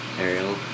Ariel